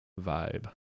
vibe